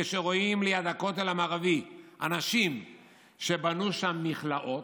כשרואים ליד הכותל המערבי אנשים שבנו שם מכלאות"